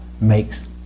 makes